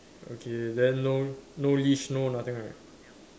okay then no no leash no nothing right